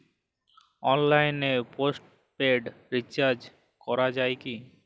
অনলাইনে postpaid recharge করা যায় কি?